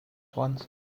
ones